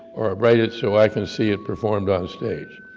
or write it so i can see it performed on stage.